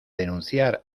denunciar